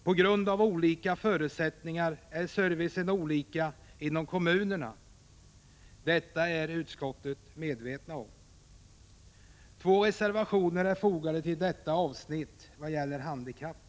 På grund av olika förutsättningar är servicen olika inom kommunerna; det är vi i utskottet medvetna om. Två reservationer är fogade till avsnittet om de handikappade.